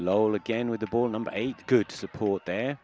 lol again with the ball number eight good support the